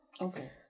Okay